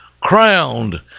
crowned